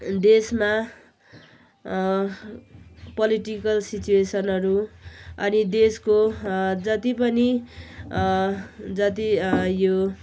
देशमा पोलिटिकल सिच्युएसनहरू अनि देशको जति पनि जति यो